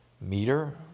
meter